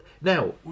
now